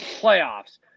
playoffs